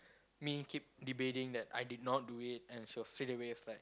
me keep debating that I did not do it and she was straightaway like